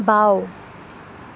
বাঁও